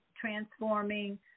transforming